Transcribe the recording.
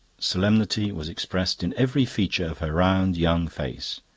solemnity was expressed in every feature of her round young face,